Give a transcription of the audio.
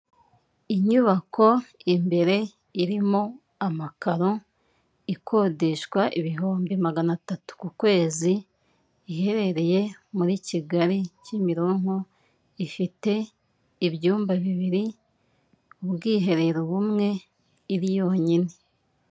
Inyubako imbere irimo amakaro, ikodeshwa ibihumbi magana atatu ku kwezi, iherereye muri Kigali Kimironko, ifite ibyumba bibiri, ubwiherero bumwe, iri yonyine.